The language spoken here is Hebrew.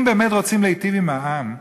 אם באמת רוצים להיטיב עם העם,